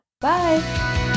Bye